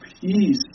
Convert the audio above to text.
peace